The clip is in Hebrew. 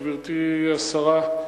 גברתי השרה,